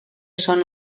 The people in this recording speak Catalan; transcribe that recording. són